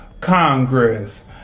Congress